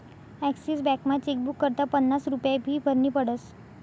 Axis बॅकमा chequebook करता पन्नास रुप्या फी भरनी पडस